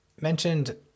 mentioned